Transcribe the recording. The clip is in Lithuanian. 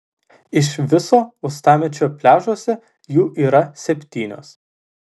iš viso uostamiesčio pliažuose jų yra septynios